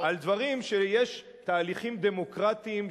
על דברים שיש תהליכים דמוקרטיים שכולנו,